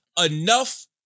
enough